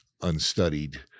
unstudied